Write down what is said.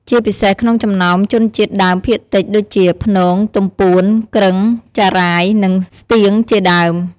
ជាពិសេសក្នុងចំណោមជនជាតិដើមភាគតិចដូចជា ព្នង ទំពួន គ្រឹង ចារ៉ាយ និងស្ទៀង ជាដើម។